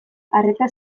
arreta